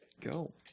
go